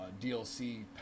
DLC